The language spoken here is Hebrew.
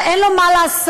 אין לו מה לעשות,